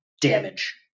damage